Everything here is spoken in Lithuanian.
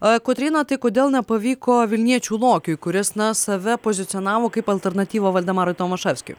a kotryna tai kodėl nepavyko vilniečių lokiui kuris na save pozicionavo kaip alternatyva valdemarui tomaševskiui